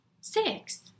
Six